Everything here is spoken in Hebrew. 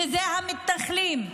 המתנחלים,